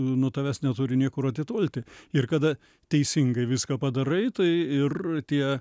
nuo tavęs neturi niekur atitolti ir kada teisingai viską padarai tai ir tie